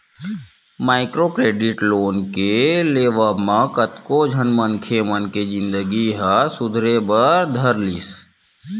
micro credit loan के लेवब म कतको झन मनखे मन के जिनगी ह सुधरे बर धर लिस